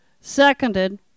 seconded